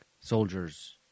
soldiers